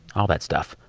all that stuff.